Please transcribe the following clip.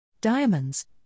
Diamonds